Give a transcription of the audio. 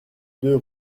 deux